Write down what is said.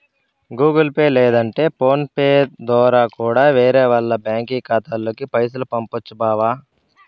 Google Pay లేదంటే PhonePe దోరా కూడా వేరే వాల్ల బ్యాంకి ఖాతాలకి పైసలు పంపొచ్చు బావా